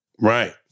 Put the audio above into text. Right